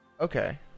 Okay